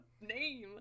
name